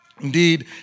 Indeed